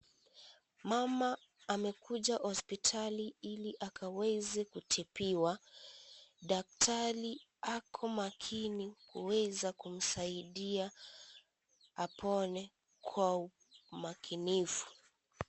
Mama amekuja hospitali ili akaweza kutibiwa. Daktari ako makini kuweza kunisaidia apone kwa umakinifu.